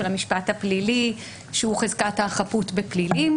המשפט הפלילי שהוא חזקת החפות בפלילים.